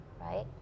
right